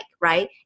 right